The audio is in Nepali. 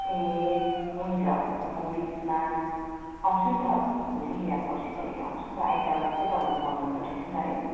ए हुन्छ हुन्छ म बिचमा आउँछु नि त भोलि या पर्सि कहिले आउँछु नि त आइतबार चाहिँ तपाईँको बन्द हुँदोरहेछ नि त है